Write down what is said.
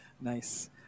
Nice